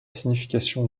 signification